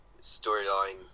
storyline